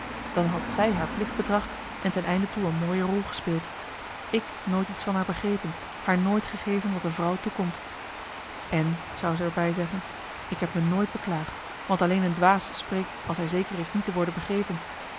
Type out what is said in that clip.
dan had zij haar plicht betracht en ten einde toe een mooie rol gespeeld ik nooit iets van haar begrepen haar nooit gegeven wat een vrouw toekomt en zou zij er bij zeggen ik heb me nooit beklaagd want alleen een dwaas spreekt als hij zeker is niet te worden begrepen